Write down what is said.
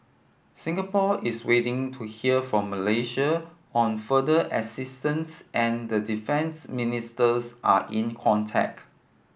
Singapore is waiting to hear from Malaysia on further assistance and defence ministers are in contact